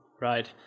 Right